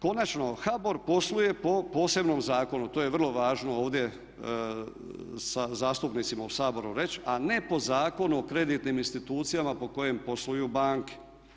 Konačno HBOR posluje po posebnom zakonu, to je vrlo važno ovdje zastupnicima u Saboru reći, a ne po Zakonu o kreditnim institucijama po kojem posluju banke.